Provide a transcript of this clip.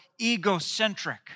egocentric